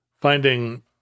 Finding